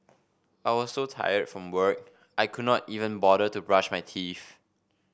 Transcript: I was so tired from work I could not even bother to brush my teeth